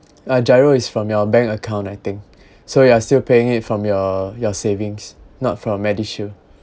uh GIRO is from your bank account I think so you are still paying it from your your savings not from medishield